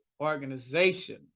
organization